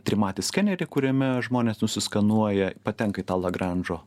trimatį skenerį kuriame žmonės nusiskanuoja patenka į tą lagranžo